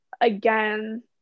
again